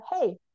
hey